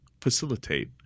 facilitate